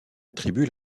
attribue